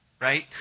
Right